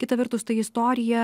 kita vertus ta istorija